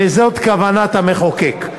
וזאת כוונת המחוקק.